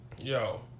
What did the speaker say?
Yo